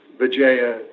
Vijaya